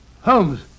Holmes